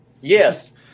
Yes